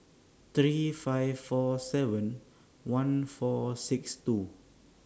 three five four seven one four six two